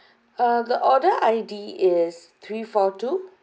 uh the order I_D is three four two